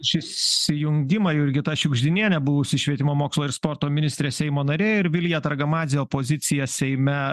už įsijungimą jurgita šiugždinienė buvusi švietimo mokslo ir sporto ministrė seimo narė ir vilija targamadzė opozicija seime